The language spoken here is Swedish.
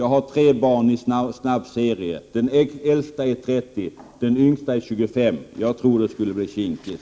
Jag har tre barn i snabb följd. Den äldsta är 30, och den yngsta är 25. Jag tror det skulle bli kinkigt.